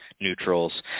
Neutrals